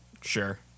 Sure